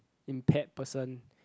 impaired person